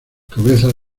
cabezas